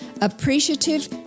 Appreciative